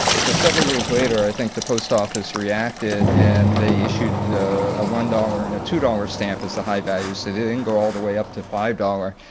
so several years later i think the post office reacted and they issued a one dollars and a two dollars stamp as the high value. so didn't go all the way up to five dollars.